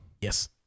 Yes